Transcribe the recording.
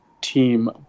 team